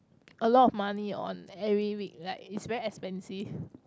a lot of money on every week like it's very expensive